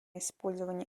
использование